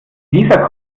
dieser